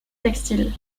textile